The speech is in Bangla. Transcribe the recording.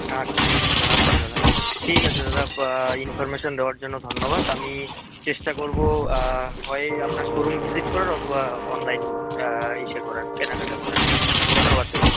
আচ্ছা আচ্ছা আচ্ছা আচ্ছা দাদা ঠিক আছে দাদা আব ইনফরমেশান দেওয়ার জন্য ধন্যবাদ আমি চেষ্টা করবো হয় আপনার শোরুম ভিসিট করার অথবা অনলাইন ইসে করার কেনা কাটা করার ধন্যবাদ দাদা